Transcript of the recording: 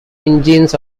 engines